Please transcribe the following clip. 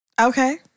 Okay